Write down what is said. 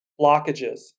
blockages